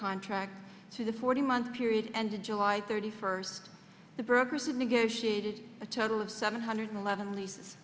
contract to the forty month period ended july thirty first the brokers of negotiated a total of seven hundred eleven leases